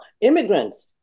immigrants